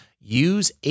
use